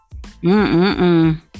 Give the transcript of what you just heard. Mm-mm-mm